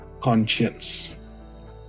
conscience